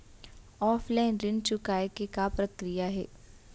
Offline ऋण चुकोय के का प्रक्रिया हे?